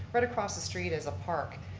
right across the street is a park.